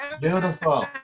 beautiful